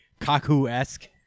Kaku-esque